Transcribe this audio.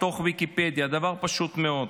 מתוך ויקיפדיה, דבר פשוט מאוד: